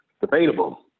Debatable